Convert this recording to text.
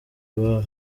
iwabo